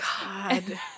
God